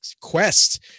quest